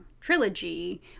trilogy